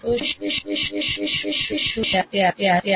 તેનું મહત્વ શું છે તે શું કરે છે અને ત્યાં છોડી દો